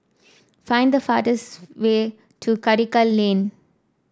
find the fastest way to Karikal Lane